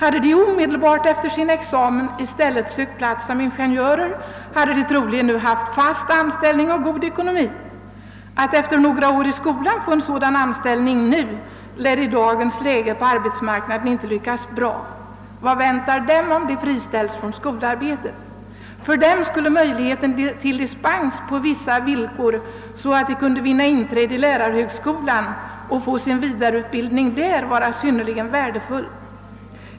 Om de omedelbart efter sin examen hade sökt plats som ingenjörer hade de nu troligen haft fast anställning och god ekonomi. Att efter några år i skolan få en sådan anställning lär i dagens läge på arbetsmarknaden inte lyckas. Vad väntar dem om de friställs från skolarbetet? För dem skulle möjlighet till dispens på vissa villkor, så att de kunde vinna inträde vid lärarhögskolan och få sin vidareutbildning där, vara synnerligen värdefull.